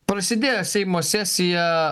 prasidėjo seimo sesija